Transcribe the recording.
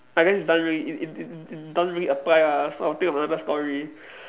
I guess it doesn't really it it it it doesn't really apply lah so I'll think of another story